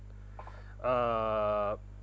uh